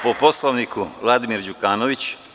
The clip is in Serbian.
Po Poslovniku, Vladimir Đukanović.